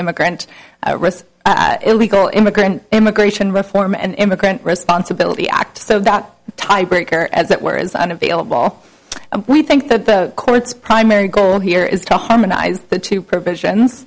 immigrant illegal immigrant immigration reform and immigrant responsibility act so that tiebreaker as it were is unavailable and we think that the court's primary goal here is to harmonize the two provisions